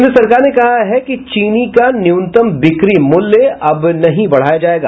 केन्द्र सरकार ने कहा है कि चीनी का न्यूनतम बिक्री मूल्य अब नहीं बढ़ाया जायेगा